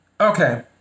Okay